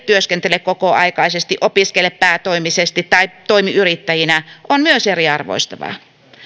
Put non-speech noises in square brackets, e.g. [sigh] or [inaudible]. [unintelligible] työskentele kokoaikaisesti opiskele päätoimisesti tai toimi yrittäjinä on myös eriarvoistavaa